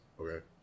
Okay